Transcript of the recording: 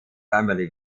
family